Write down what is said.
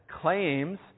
claims